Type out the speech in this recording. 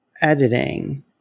editing